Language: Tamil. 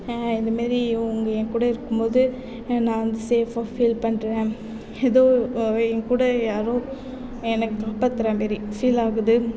இது மாதிரி இவங்க என் கூட இருக்கும்போது நான் வந்து சேஃபாக ஃபீல் பண்ணுறேன் ஏதோ என்கூட யாரோ என்னை காப்பாத்துகிற மாதிரி ஃபீல் ஆகுது